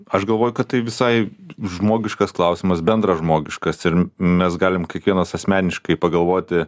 aš galvoju kad tai visai žmogiškas klausimas bendražmogiškas ir mes galim kiekvienas asmeniškai pagalvoti